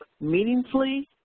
meaningfully